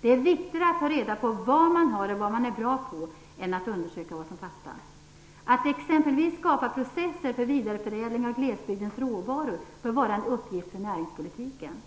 Det är viktigare att ta reda på vad man har och vad man är bra på än att undersöka vad som fattas. Att exempelvis skapa processer för vidareförädling av glesbygdens råvaror bör vara en uppgift för näringspolitiken.